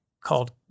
called